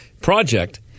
project